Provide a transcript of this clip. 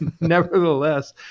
nevertheless